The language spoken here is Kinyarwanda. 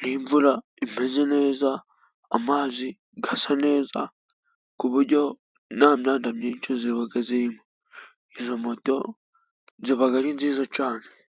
n'imvura imeze neza, amazi asa neza, ku buryo nta myanda myinshi iba irimo, izo moto ziba ari nziza cyane.